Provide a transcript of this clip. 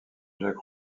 jacques